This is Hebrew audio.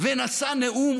ונשאה נאום.